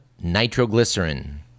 Nitroglycerin